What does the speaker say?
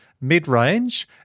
mid-range